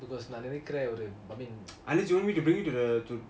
because நா நெனைக்கிறம் ஒரு:naa nenaikiram oru I mean